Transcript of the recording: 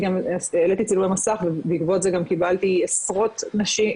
העלתי צילומי מסך ובעקבות שזה גם קיבלתי עשרות נשים,